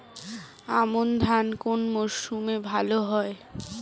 আমন ধান কোন মরশুমে ভাল হয়?